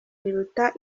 riruta